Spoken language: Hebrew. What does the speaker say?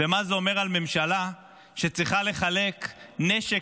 ומה זה אומר על ממשלה שצריכה לחלק נשק